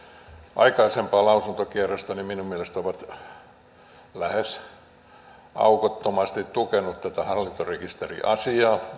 aikaisempaa lausuntokierrosta minun mielestäni ovat lähes aukottomasti tukeneet tätä hallintarekisteriasiaa